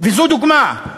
וזאת דוגמה.